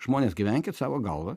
žmonės gyvenkit savo galva